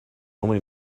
only